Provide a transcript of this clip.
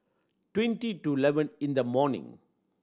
twenty to eleven in the morning